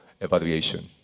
evaluation